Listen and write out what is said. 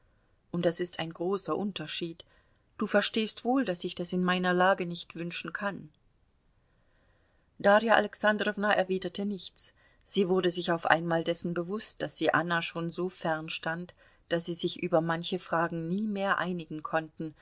und das ist ein großer unterschied du verstehst wohl daß ich das in meiner lage nicht wünschen kann darja alexandrowna erwiderte nichts sie wurde sich auf einmal dessen bewußt daß sie anna schon so fern stand daß sie sich über manche fragen nie mehr einigen konnten